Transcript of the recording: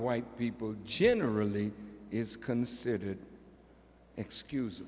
white people generally is considered excuse